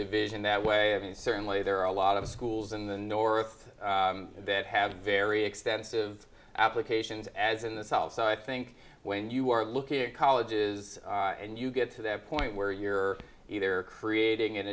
division that way of and certainly there are a lot of schools in the north that have very extensive applications as in the southside think when you are looking at colleges and you get to that point where you're either creating an